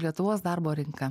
lietuvos darbo rinka